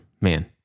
Man